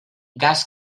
cas